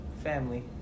family